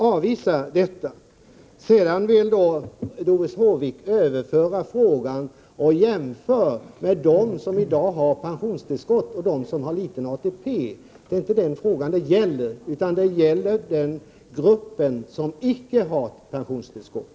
Doris Håvik försöker föra över diskussionen till någonting annat genom att jämföra med dem som i dag har pensionstillskott och liten ATP. Det är inte den saken det gäller. Det gäller den grupp som icke har pensionstillskott.